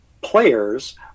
players